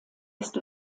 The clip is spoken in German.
ist